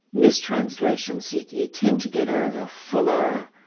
mistranslations, you you tend to get ah a fuller,